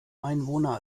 einwohner